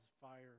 fire